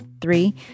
Three